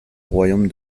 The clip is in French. royaume